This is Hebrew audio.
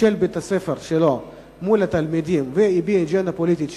של בית-הספר שלו מול התלמידים והביע אג'נדה פוליטית שלו,